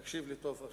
תקשיב לי טוב,